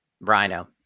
rhino